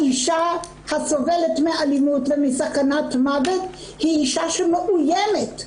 האישה הסובלת מאלימות ומסכנת מוות היא אישה שמאוימת,